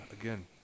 again